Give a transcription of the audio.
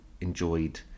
enjoyed